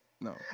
No